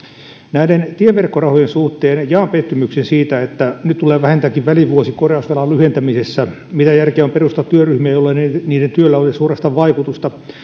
näiden tieverkkorahojen suhteen jaan pettymyksen siitä että nyt tulee vähintäänkin välivuosi korjausvelan lyhentämisessä mitä järkeä on perustaa työryhmiä jollei niiden työllä ole suorastaan vaikutusta